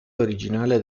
originale